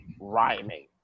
rhyming